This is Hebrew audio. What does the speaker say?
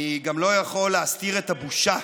אני גם לא יכול להסתיר את הבושה.